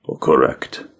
Correct